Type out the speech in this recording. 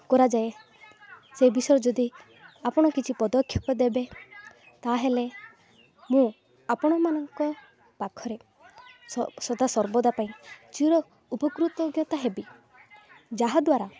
କରାଯାଏ ସେ ବିଷୟରେ ଯଦି ଆପଣ କିଛି ପଦକ୍ଷେପ ଦେବେ ତା'ହେଲେ ମୁଁ ଆପଣମାନଙ୍କ ପାଖରେ ସଦା ସର୍ବଦା ପାଇଁ ଚିରୋପକୃତ ହେବି ଯାହା ଦ୍ୱାରା